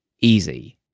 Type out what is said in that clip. easy